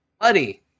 buddy